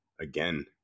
again